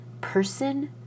person